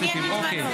אוקיי.